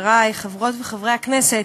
חברי חברות וחברי הכנסת,